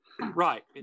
Right